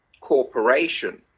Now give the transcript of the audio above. corporation